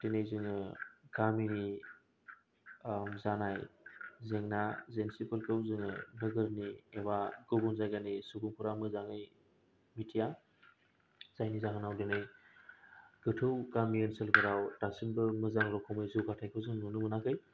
दिनै जोङो गामिनि जानाय जेंना जेंसिफोरखौ जोङो गुबुननि एबा गुबुन जायगानि सुबुंफोरा मोजाङै मिन्थिया जायनि जाहोनाव दिनै गोथौ गामि ओनसोलफोराव दासिमबो मोजां रोखोमै जौगाथायखौ जों नुनो मोनाखै